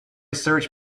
search